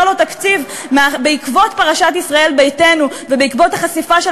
לו תקציב בעקבות פרשת ישראל ביתנו ובעקבות החשיפה של